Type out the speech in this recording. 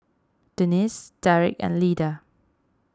Denisse Derrick and Lida